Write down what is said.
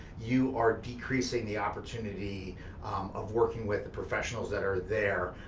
you are decreasing the opportunity of working with the professionals that are there,